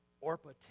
Orpah